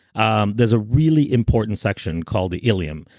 um there's a really important section called the ilium,